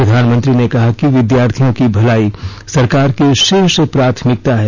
प्रधानमंत्री ने कहा कि विद्यार्थियों की भलाई सरकार की शीर्ष प्राथमिकता है